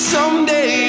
Someday